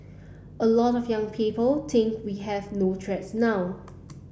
a lot of young people think we have no threats now